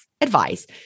advice